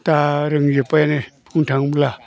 दा रोंजोब्बायानो बुंनो थाङोब्ला